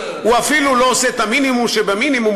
הוא אפילו לא עושה את המינימום שבמינימום,